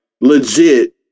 legit